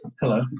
Hello